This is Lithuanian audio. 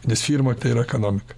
nes firma tai yra ekonomika